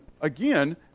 again